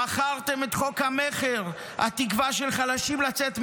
מכרת את חוק המכר, התקווה של חלשים לצאת מהעוני.